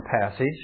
passage